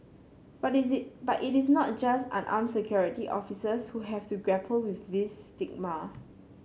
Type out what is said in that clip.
but it they but it is not just unarmed security officers who have to grapple with this stigma